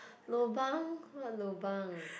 lobang what lobang